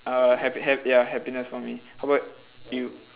uh happy hap~ ya happiness for me how about you